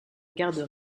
garde